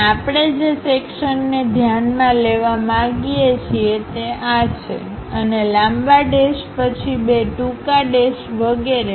અને આપણે જે સેક્શનને ધ્યાનમાં લેવા માગીએ છીએ તે આ છે અને લાંબા ડેશ પછી બે ટૂંકા ડેશ વેગેરે